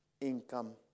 income